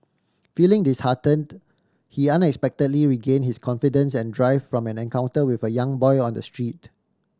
feeling disheartened he unexpectedly regain his confidence and drive from an encounter with a young boy on the street